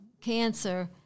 cancer